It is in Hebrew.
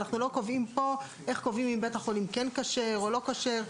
אנחנו לא קובעים פה איך קובעים אם בית החולים כן כשר או לא כשר.